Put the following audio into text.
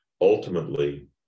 ultimately